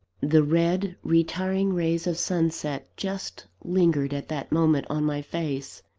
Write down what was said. the red, retiring rays of sunset just lingered at that moment on my face.